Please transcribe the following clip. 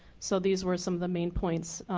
so these were some of the main points.